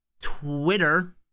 Twitter